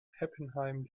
heppenheim